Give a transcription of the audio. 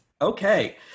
Okay